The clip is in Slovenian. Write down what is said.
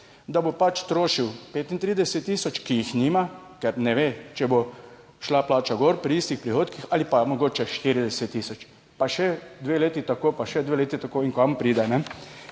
da bo trošil 35 tisoč, ki jih nima, ker ne ve, če bo šla plača gor pri istih prihodkih ali pa mogoče 40 tisoč, pa še dve leti tako, pa še dve leti tako in kam pride.